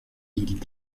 ils